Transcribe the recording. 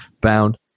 bound